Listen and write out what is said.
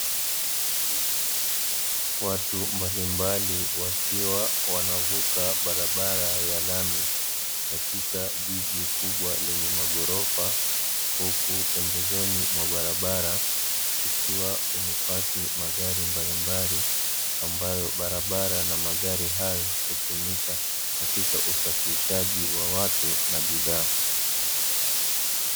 Watu mbalimbali wakiwa wanavuka barabara ya lami katika jiji kubwa lenye maghorofa, huku pembezoni mwa barabara kukiwa kumepaki magari mbalimbali ambayo barabara na magari hayo hutumika katika usafirishaji wa watu na bidhaa.